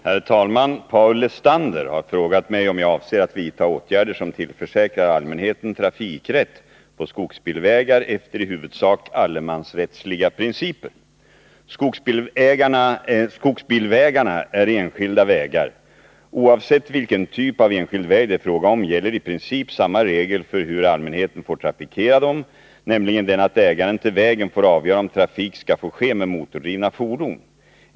Herr talman! Paul Lestander har frågat mig om jag avser att vidta åtgärder som tillförsäkrar allmänheten trafikrätt på skogsbilvägar efter i huvudsak allemansrättsliga principer. Skogsbilvägarna är enskilda vägar. Oavsett vilken typ av enskild väg det är fråga om gäller i princip samma regel för hur allmänheten får trafikera dem, nämligen den att ägaren till vägen får avgöra om trafik skall få ske med motordrivna fordon.